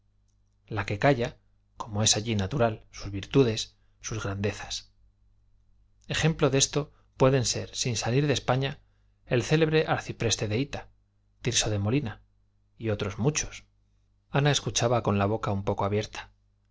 la que calla como es allí natural sus virtudes sus grandezas ejemplo de esto pueden ser sin salir de españa el célebre arcipreste de hita tirso de molina y otros muchos ana escuchaba con la boca un poco abierta